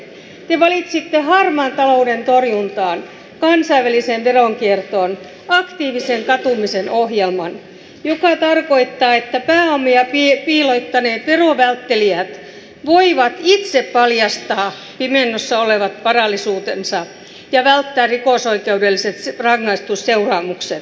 te valitsitte harmaan talouden torjuntaan kansainväliseen veronkiertoon aktiivisen katumisen ohjelman joka tarkoittaa että pääomia piilottaneet veronvälttelijät voivat itse paljastaa pimennossa olevat varallisuutensa ja välttää rikosoikeudelliset rangaistusseuraamukset